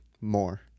More